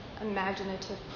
imaginative